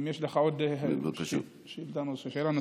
אם יש לך עוד שאלה נוספת.